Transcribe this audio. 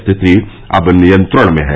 स्थिति अब नियंत्रण में हैं